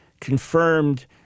confirmed